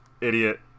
idiot